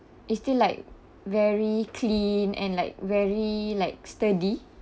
it's still like very clean and like very like sturdy